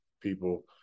people